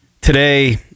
today